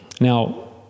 Now